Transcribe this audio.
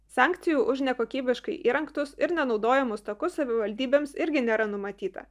sankcijų už nekokybiškai įrengtos ir nenaudojamus taku savivaldybėms irgi nėra numatyta